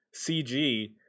CG